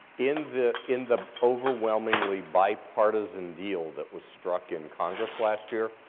in the in the overwhelmingly bipartisan deal that was struck in congress last year,